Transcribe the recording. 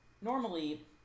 normally